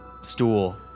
stool